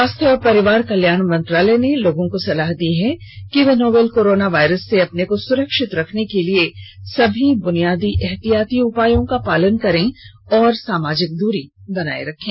स्वास्थ्य और परिवार कल्याण मंत्रालय ने लोगों को सलाह दी है कि वे नोवल कोरोना वायरस से अपने को सुरक्षित रखने के लिए सभी बुनियादी एहतियाती उपायों का पालन करें और सामाजिक दूरी बनाए रखें